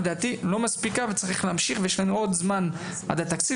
לדעתי לא מספיקה וצריך להמשיך ויש לנו עוד זמן עד התקציב,